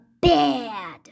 bad